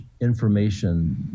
information